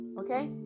okay